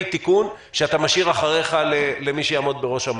תיקון שאתה משאיר אחריך למי שיעמוד בראש המטה?